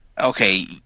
Okay